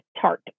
tart